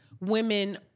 women